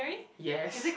yes